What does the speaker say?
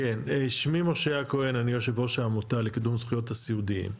אני יושב-ראש העמותה לקידום זכויות הסיעודיים.